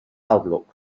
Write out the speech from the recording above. outlook